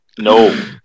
No